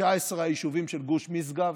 ב-19 היישובים של גוש משגב